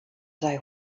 sei